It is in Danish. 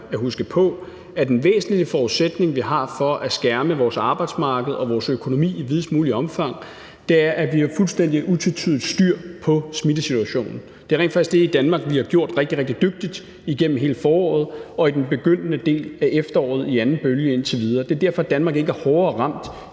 at huske på, at en væsentlig forudsætning for, at vi kan skærme vores arbejdsmarked og vores økonomi i videst muligt omfang, er, at vi har fuldstændig utvetydigt styr på smittesituationen, og det er rent faktisk det, som vi i Danmark har gjort rigtig, rigtig dygtigt igennem hele foråret og i den begyndende del af efteråret i anden bølge indtil videre. Det er derfor, Danmark ikke er hårdere ramt